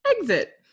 Exit